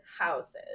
houses